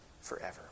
forever